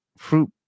fruit